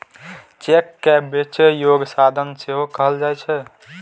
cheque कें बेचै योग्य साधन सेहो कहल जाइ छै